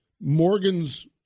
Morgan's